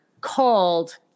called